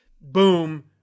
boom